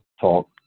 talk